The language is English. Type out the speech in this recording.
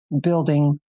building